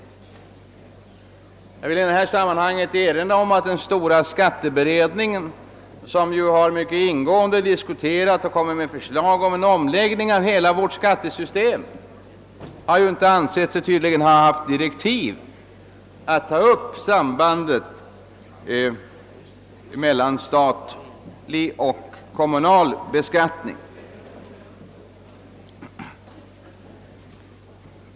Jag vill i detta sammanhang erinra om att den stora skatteberedningen, som ju mycket ingående diskuterat hela vårt skattesystem och framlagt förslag om en omläggning av detta, tydligen inte ansett sig ha direktiv att ta upp sambandet mellan statlig och kommunal beskattning.